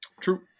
True